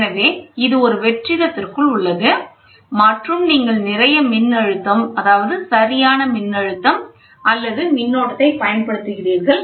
எனவே இது ஒரு வெற்றிடத்திற்குள் உள்ளது மற்றும் நீங்கள் நிறைய மின்னழுத்தம் சரியான மின்னழுத்தம் அல்லது மின்னோட்டத்தைப் பயன்படுத்துகிறீர்கள்